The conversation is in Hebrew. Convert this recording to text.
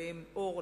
ובהם: "אור",